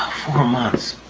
four months.